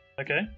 Okay